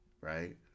right